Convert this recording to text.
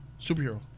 Superhero